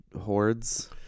hordes